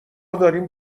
داریم